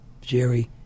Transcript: Jerry